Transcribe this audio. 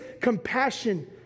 compassion